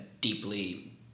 deeply